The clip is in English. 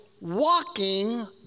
walking